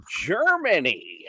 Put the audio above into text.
Germany